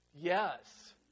Yes